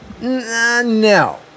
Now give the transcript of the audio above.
No